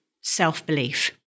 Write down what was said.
self-belief